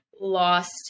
lost